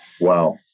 Wow